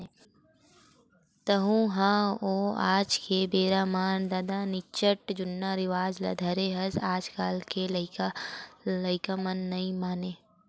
तँहू ह ओ आज के बेरा म ददा निच्चट जुन्नाहा रिवाज ल धरे हस आजकल के लोग लइका मन ह नइ मानय